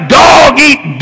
dog-eat